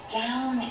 down